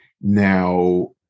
Now